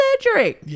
surgery